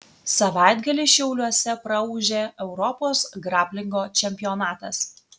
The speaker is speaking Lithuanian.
savaitgalį šiauliuose praūžė europos graplingo čempionatas